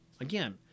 again